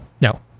No